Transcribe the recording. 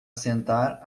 sentar